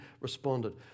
responded